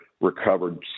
recovered